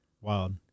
wild